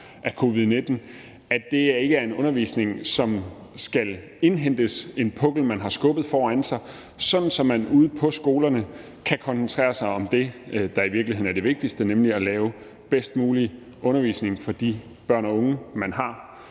af covid-19, ikke skal indhentes – i modsætning til en pukkel af undervisning, man har skubbet foran sig – sådan at man ude på skolerne kan koncentrere sig om det, der i virkeligheden er det vigtigste lige nu, nemlig at lave den bedst mulige undervisning for de børn og unge, man har